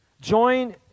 Join